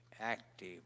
active